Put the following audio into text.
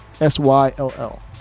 s-y-l-l